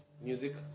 music